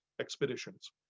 expeditions